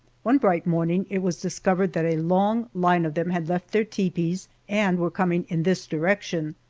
one bright morning it was discovered that a long line of them had left their tepees and were coming in this direction.